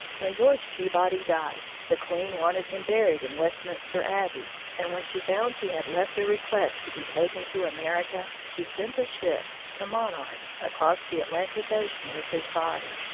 when george peabody died, the queen wanted him buried in westminster abbey, and when she found he had left a request to be taken to america, she sent a ship, the monarch, across the atlantic ocean with his body.